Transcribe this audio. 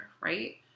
right